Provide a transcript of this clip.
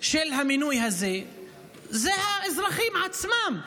של המינוי הזה זה האזרחים עצמם,